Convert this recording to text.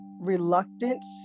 reluctance